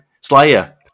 Slayer